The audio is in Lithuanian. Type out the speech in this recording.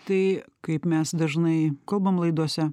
tai kaip mes dažnai kalbam laidose